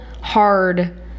hard